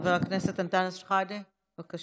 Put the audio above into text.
חבר הכנסת אנטאנס שחאדה, בבקשה.